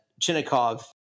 Chinnikov